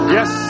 Yes